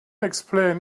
explain